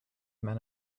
men